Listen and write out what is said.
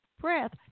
breath